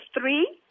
three